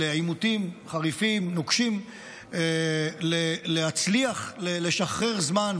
עימותים חריפים ונוקשים להצליח לשחרר זמן,